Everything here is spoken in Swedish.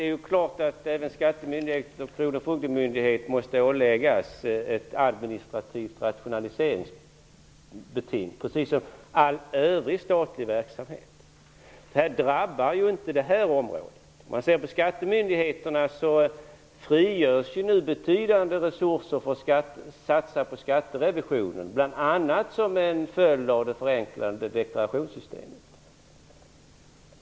Fru talman! Även skattemyndigheter och kronofogdemyndigheter måste åläggas ett administrativt rationaliseringsbeting, precis som all övrig statlig verksamhet. Det drabbar inte detta område. På skattemyndigheterna frigörs nu betydande resurser för satsningar på skatterevision bl.a. som en följd av det förenklade deklarationssystemet.